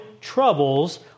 troubles